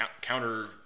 counter